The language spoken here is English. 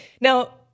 now